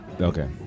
Okay